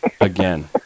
again